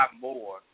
more